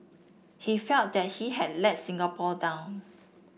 he felt that he had let Singapore down